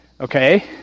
okay